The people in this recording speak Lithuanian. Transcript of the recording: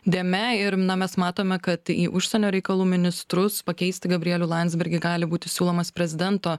dėme ir na mes matome kad į užsienio reikalų ministrus pakeisti gabrielių landsbergį gali būti siūlomas prezidento